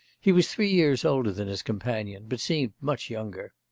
he was three years older than his companion, but seemed much younger.